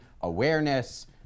awareness